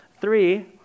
Three